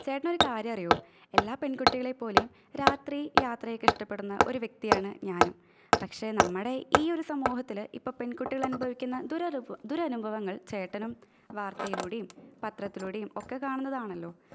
ചേട്ടനൊരു കാര്യറിയുവോ എല്ലാ പെണ്കുട്ടികളെ പോലെയും രാത്രി യാത്രയൊക്കെ ഇഷ്ടപ്പെടുന്ന ഒരു വ്യക്തിയാണ് ഞാനും പക്ഷെ നമ്മുടെ ഈയൊരു സമൂഹത്തിൽ ഇപ്പം പെണ്കുട്ടികളനുഭവിക്കുന്ന ദുരരുഭ ദുരനുഭവങ്ങള് ചേട്ടനും വാര്ത്തയിലൂടേം പത്രത്തിലൂടേം ഒക്കെ കാണുന്നതാണല്ലോ